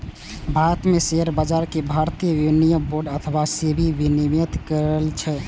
भारत मे शेयर बाजार कें भारतीय विनिमय बोर्ड अथवा सेबी विनियमित करै छै